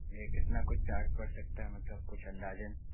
भैया कितना कुछ चार्ज पड़ सकता है मतलब कुछ अंदाज़न